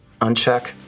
uncheck